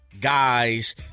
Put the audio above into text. guys